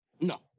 No